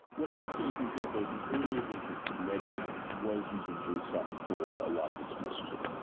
what i will say as an example is an early version of kubernetes was using json for a lot of its messaging,